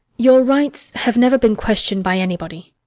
your rights have never been questioned by anybody.